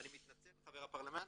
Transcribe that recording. אני מתנצל חבר הפרלמנט,